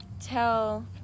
tell